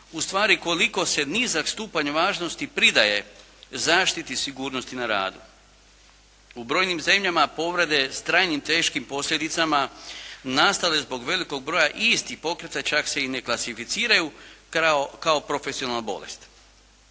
ustvari koliko se nizak stupanj važnosti pridaje zaštiti sigurnosti na radu. U brojnim zemljama povrede s trajnim teškim posljedicama nastale zbog velikog broja istih pokreta čak se i ne klasificiraju kao profesionalna bolest.